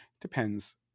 depends